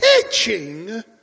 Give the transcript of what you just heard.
teaching